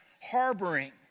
harboring